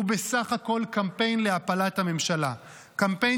הוא בסך הכול קמפיין להפלת הממשלה; קמפיין